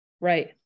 Right